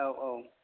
औ औ